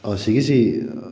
ꯑꯁꯤꯒꯤꯁꯤ